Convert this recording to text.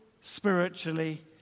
spiritually